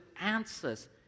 answers